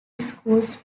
schools